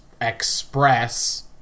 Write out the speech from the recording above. Express